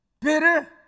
bitter